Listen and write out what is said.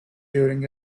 during